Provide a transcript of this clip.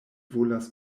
volas